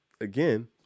again